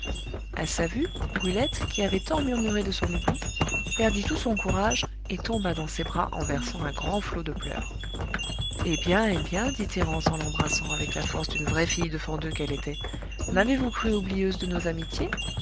à sa vue brulette qui avait tant murmuré de son oubli perdit tout son courage et tomba dans ses bras en versant un grand flot de pleurs eh bien eh bien dit thérence en l'embrassant avec la force d'une vraie fille de fendeux qu'elle était m'avez vous crue oublieuse de nos amitiés